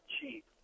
cheap